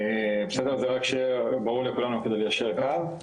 זה רק שיהיה ברור לכולם כדי ליישר קו.